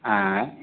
आयँ